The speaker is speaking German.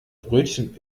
brötchen